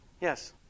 yes